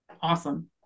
Awesome